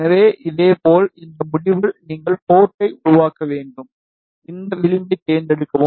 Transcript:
எனவே இதேபோல் இந்த முடிவில் நீங்கள் போர்ட்டை உருவாக்க வேண்டும் இந்த விளிம்பைத் தேர்ந்தெடுக்கவும்